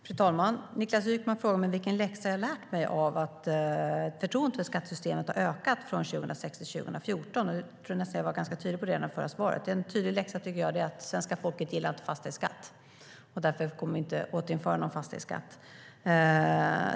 Fru talman! Niklas Wykman frågar mig vilken läxa jag lärt mig av att förtroendet för skattesystemet har ökat från 2006 till 2014. Jag sa i förra svaret att en tydlig läxa är att svenska folket inte gillar fastighetsskatt och att vi därför inte kommer att återinföra någon fastighetsskatt.